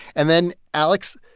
and then, alex,